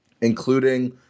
including